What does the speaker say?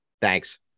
Thanks